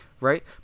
right